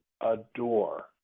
adore